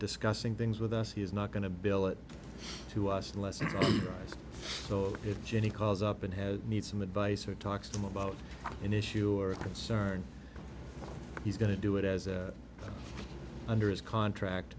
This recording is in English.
discussing things with us he's not going to bill it to us unless it's so if jenny calls up and has need some advice or talks to him about an issue or a concern he's going to do it as under his contract